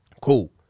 Cool